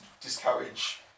discourage